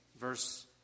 verse